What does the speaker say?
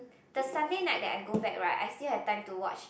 the Sunday night that I go back right I still have time to watch